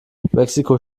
mexiko